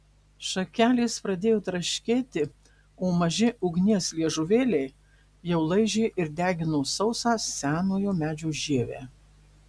šakelės pradėjo traškėti o maži ugnies liežuvėliai jau laižė ir degino sausą senojo medžio žievę